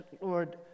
Lord